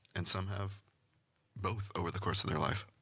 and some have both over the course of their life.